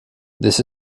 this